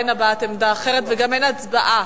אין הבעת עמדה אחרת וגם אין הצבעה,